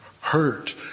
hurt